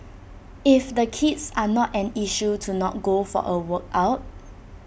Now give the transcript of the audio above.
if the kids are an issue to not go for A workout